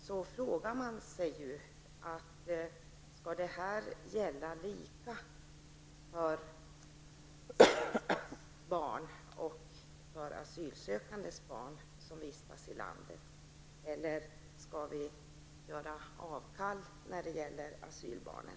Man frågar sig därför om bestämmelserna skall gälla även för asylsökandes barn som vistas i landet, eller om vi skall göra undantag för asylbarnen.